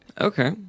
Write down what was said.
Okay